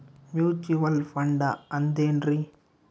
Mutual fund ಅಂದ್ರೆನ್ರಿ?